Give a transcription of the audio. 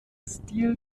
stil